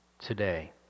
today